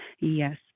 yes